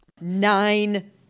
Nine